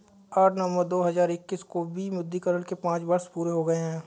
आठ नवंबर दो हजार इक्कीस को विमुद्रीकरण के पांच वर्ष पूरे हो गए हैं